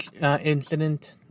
incident